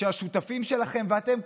שהשותפים שלכם ואתם,